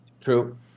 True